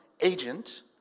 agent